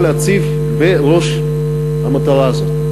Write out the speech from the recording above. מה להציב בראש המטרה הזאת.